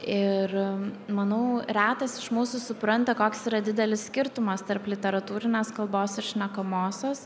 ir manau retas iš mūsų supranta koks yra didelis skirtumas tarp literatūrinės kalbos ir šnekamosios